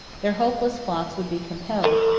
their helpless flocks would be compelled,